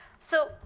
so